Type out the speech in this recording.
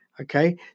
okay